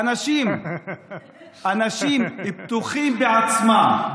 אנשים שבטוחים בעצמם,